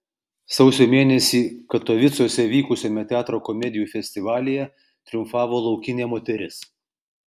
sausio mėnesį katovicuose vykusiame teatro komedijų festivalyje triumfavo laukinė moteris